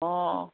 অঁ